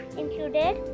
included